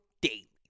daily